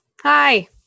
Hi